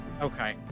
Okay